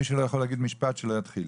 מי שלא יכול להגיד משפט שלא יתחיל,